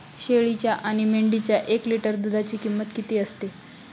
शेळीच्या आणि मेंढीच्या एक लिटर दूधाची किंमत किती असते?